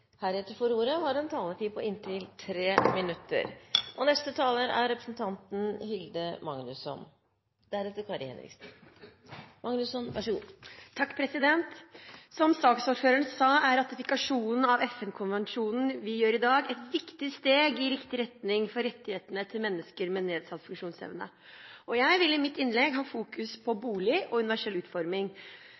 heretter får ordet, har en taletid på inntil 3 minutter. Som saksordføreren sa, er ratifikasjonen av FN-konvensjonen vi gjør i dag, et viktig steg i riktig retning for rettighetene til mennesker med nedsatt funksjonsevne. Jeg vil i mitt innlegg fokusere på bolig og universell utforming,